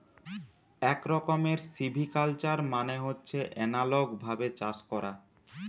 এক রকমের সিভিকালচার মানে হচ্ছে এনালগ ভাবে চাষ করা